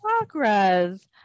Chakras